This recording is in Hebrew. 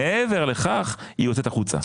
מעבר לכך היא יוצאת החוצה.